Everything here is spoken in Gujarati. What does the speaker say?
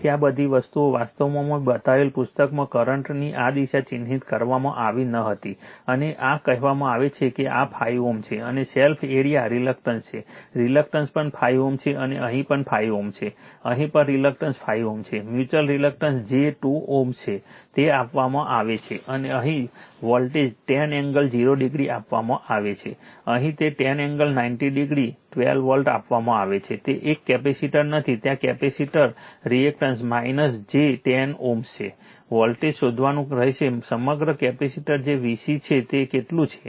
તેથી આ બધી વસ્તુઓ વાસ્તવમાં મેં બનાવેલ પુસ્તકમાં કરંટની આ દિશા ચિહ્નિત કરવામાં આવી ન હતી અને આ કહેવામાં આવે છે કે આ 5 Ω છે અને સેલ્ફ એરિયા રિએક્ટન્સ છે રિએક્ટન્સ પણ 5 Ω છે અને અહીં પણ 5 Ω છે અહીં પણ રિએક્ટન્સ 5 Ω છે મ્યુચ્યુઅલ રિએક્ટન્સ j 2 Ω છે તે આપવામાં આવે છે અને અહીં વોલ્ટેજ 10 એંગલ 0 ડિગ્રી આપવામાં આવે છે અહીં તેને 10 એંગલ 90 ડિગ્રી 12 વોલ્ટ આપવામાં આવે છે તે એક કેપેસિટર નથી ત્યાં કેપેસિટર રિએક્ટન્સ j 10 Ω છે વોલ્ટેજ શોધવાનું રહેશે સમગ્ર કેપેસિટર જે Vc છે તે કેટલું છે